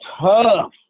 tough